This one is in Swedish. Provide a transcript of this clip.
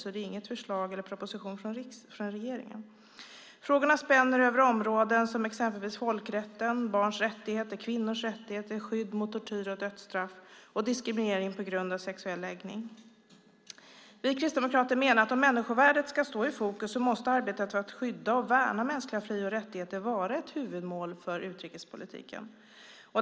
Det är alltså ingen proposition eller förslag från regeringen. Frågorna spänner över områden som exempelvis folkrätten, barns rättigheter, kvinnors rättigheter, skydd mot tortyr och dödsstraff samt diskriminering på grund av sexuell läggning. Vi kristdemokrater menar att om människovärdet ska stå i fokus, måste arbetet för att skydda och värna mänskliga fri och rättigheter vara ett huvudmål för utrikespolitiken.